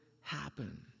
happen